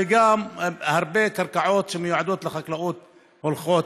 וגם הרבה קרקעות שמיועדות לחקלאות הולכות.